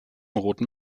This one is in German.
roten